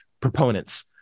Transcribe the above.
proponents